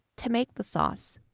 to make the sauce,